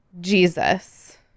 Jesus